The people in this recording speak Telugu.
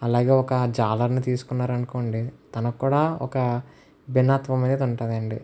అలాగే ఒక జాలర్ని తీసుకున్నారనుకోండి తనకు కూడ ఒక భిన్నత్వం అనేది ఉంటుందండి